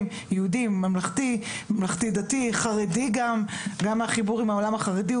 הוא אנשי החינוך ולכן אחד הערוצים שהמטה כיום מקדם,